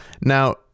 now